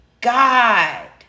god